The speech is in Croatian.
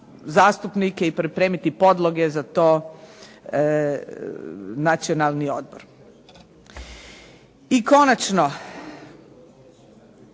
i pripremiti podloge za to Nacionalni odbor. I konačno